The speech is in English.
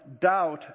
doubt